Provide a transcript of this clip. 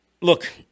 look